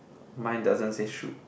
mine doesn't say shoot